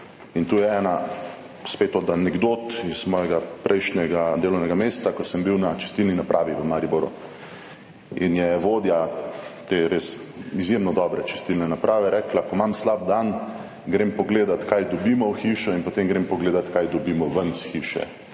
in to je ena spet od anekdot iz mojega prejšnjega delovnega mesta, ko sem bil na čistilni napravi v Mariboru in je vodja te res izjemno dobre čistilne naprave rekla, ko imam slab dan, grem pogledat, kaj dobimo v hišo in potem grem pogledat, kaj dobimo ven iz hiše